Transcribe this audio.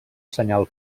senyal